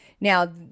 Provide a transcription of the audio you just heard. Now